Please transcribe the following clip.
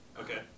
Okay